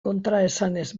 kontraesanez